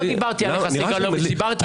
לא דיברתי עליך, סגלוביץ', דיברתי על עצמי.